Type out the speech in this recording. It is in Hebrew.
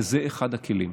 וזה אחד הכלים.